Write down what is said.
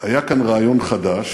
היה כאן רעיון חדש,